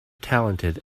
talented